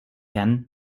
herrn